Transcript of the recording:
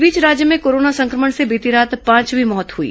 इस बीच राज्य में कोरोना संक्रमण से बीती रात पांचवीं मौत हुई